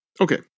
Okay